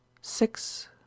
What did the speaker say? six